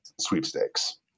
sweepstakes